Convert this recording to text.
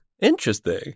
Interesting